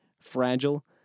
fragile